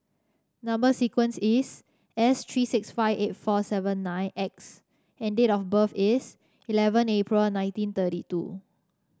number sequence is S three six five eight four seven nine X and date of birth is eleven April nineteen thirty two